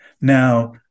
Now